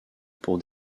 pour